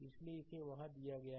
इसलिए इसे वहां दिया गया है